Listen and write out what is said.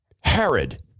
Herod